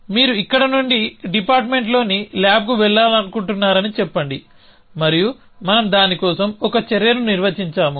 మీరు ఇక్కడి నుండి డిపార్ట్మెంట్లోని ల్యాబ్కు వెళ్లాలనుకుంటున్నారని చెప్పండి మరియు మనం దాని కోసం ఒక చర్యను నిర్వచించాము